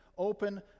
open